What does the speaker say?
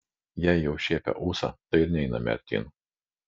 jei jau šiepia ūsą tai ir neiname artyn